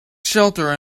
shelter